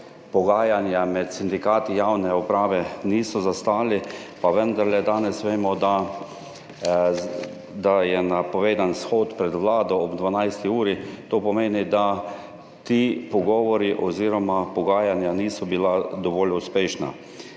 pogajanja med sindikati javne uprave niso zastali, pa vendarle danes vemo, da, da je napovedan shod pred vlado ob 12. uri. To pomeni, da ti pogovori oz. pogajanja niso bila dovolj uspešna,